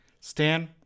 Stan